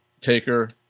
Taker